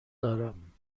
دارم